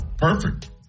perfect